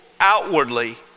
outwardly